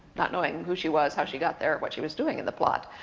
not knowing who she was, how she got there, or what she was doing in the plot.